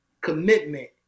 commitment